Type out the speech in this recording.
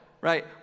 right